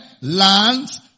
lands